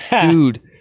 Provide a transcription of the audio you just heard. Dude